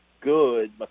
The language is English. good